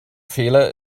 fehler